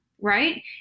right